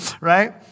right